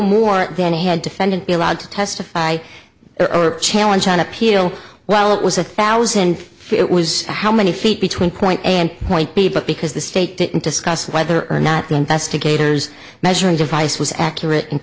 more than he had defendant be allowed to testify or challenge on appeal while it was a thousand it was how many feet between quite a and point b but because the state didn't discuss whether or not the investigators measuring device was accurate and